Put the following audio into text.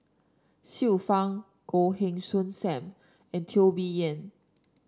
Xiu Fang Goh Heng Soon Sam and Teo Bee Yen